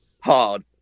hard